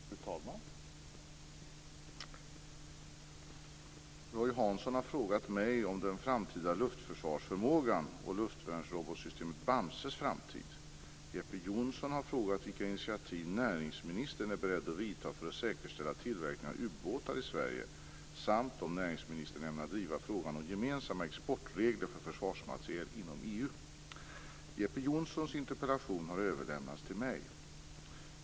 Fru talman! Roy Hansson har frågat mig om den framtida luftförsvarsförmågan och luftvärnsrobotsystemet Bamses framtid. Jeppe Johnsson har frågat vilka initiativ näringsministern är beredd att vidta för att säkerställa tillverkning av ubåtar i Sverige samt om näringsministern ämnar driva frågan om gemensamma exportregler för försvarsmateriel inom EU. Jeppe Johnssons interpellation har överlämnats till mig.